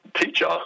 teacher